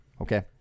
Okay